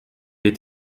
est